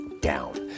down